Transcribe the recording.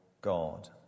God